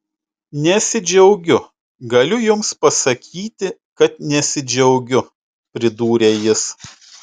nesidžiaugiu galiu jums pasakyti kad nesidžiaugiu pridūrė jis